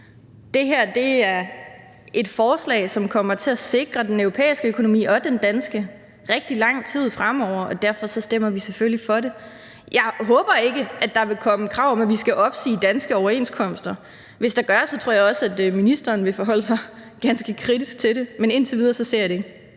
Det her er et forslag, som kommer til at sikre den europæiske økonomi og den danske rigtig lang tid fremover, og derfor stemmer vi selvfølgelig for det. Jeg håber ikke, at der vil komme et krav om, at vi skal opsige danske overenskomster. Hvis der gør det, tror jeg også ministeren vil forholde sig ganske kritisk til det, men indtil videre ser jeg det ikke.